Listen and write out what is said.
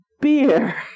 beer